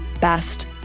best